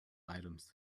items